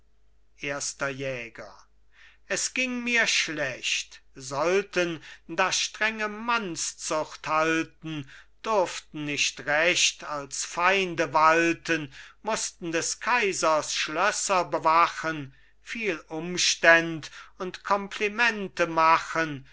erster jäger es ging mir schlecht sollten da strenge mannszucht halten durften nicht recht als feinde walten mußten des kaisers schlösser bewachen viel umständ und komplimente machen